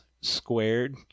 Squared